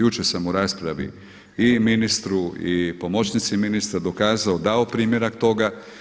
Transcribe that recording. Jučer sam u raspravi i ministru i pomoćnici ministra dokazao, dao primjerak toga.